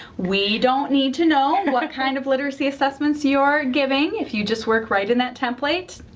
we don't need to know what kind of literacy assessments you're giving. if you just work right in that template,